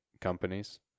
companies